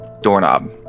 doorknob